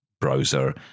browser